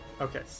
Okay